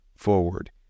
forward